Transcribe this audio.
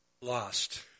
lost